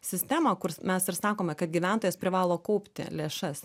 sistemą kurs mes ir sakome kad gyventojas privalo kaupti lėšas